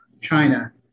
China